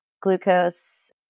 glucose